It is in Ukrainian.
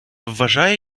вважає